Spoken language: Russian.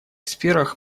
сферах